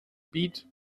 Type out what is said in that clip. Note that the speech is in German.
beat